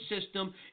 system